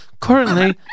Currently